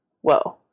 whoa